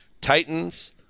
titans